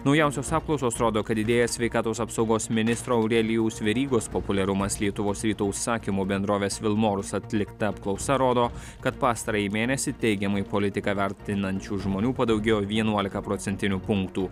naujausios apklausos rodo kad didėja sveikatos apsaugos ministro aurelijaus verygos populiarumas lietuvos ryto užsakymu bendrovės vilmorus atlikta apklausa rodo kad pastarąjį mėnesį teigiamai politiką vertinančių žmonių padaugėjo vienuolika procentinių punktų